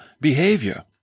behavior